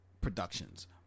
productions